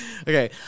Okay